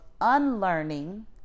unlearning